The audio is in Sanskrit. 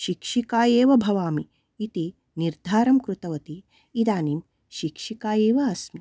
शिक्षिका एव भवामि इति निर्धारं कृतवती इदानीं शिक्षिका एव अस्मि